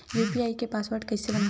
UPI के password कइसे बनाथे?